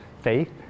faith